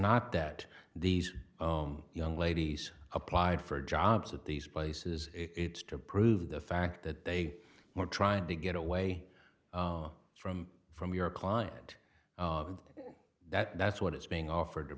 not that these young ladies applied for jobs at these places it's to prove the fact that they were trying to get away from from your client that that's what is being offered to